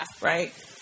Right